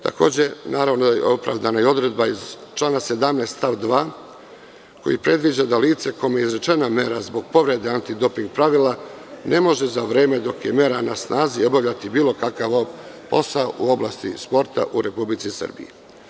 Takođe, naravno da je opravdana i odredba iz člana 17. stav 2. koja predviđa da lice kome je izrečena mera zbog povrede anti doping pravila ne može za vreme dok je mera na snazi obavljati bilo kakav posao u oblasti sporta u Republici Srbiji.